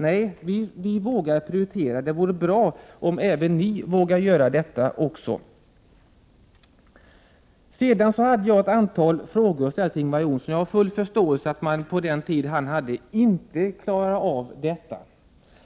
Nej, vi moderater vågar prioritera. Det vore bra om även socialdemokraterna vågade göra det. Jag ställde ett antal frågor till Ingvar Johnsson. Jag har full förståelse för att han inte hann besvara alla.